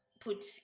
Put